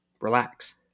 relax